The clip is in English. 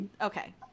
Okay